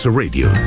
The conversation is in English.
radio